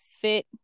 fit